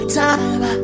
time